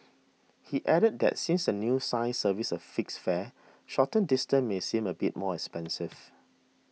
he added that since the new science service a fixed fare shorter distances may seem a bit more expensive